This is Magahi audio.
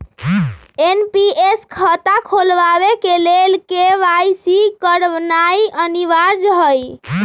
एन.पी.एस खता खोलबाबे के लेल के.वाई.सी करनाइ अनिवार्ज हइ